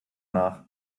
nach